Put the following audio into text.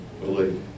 believe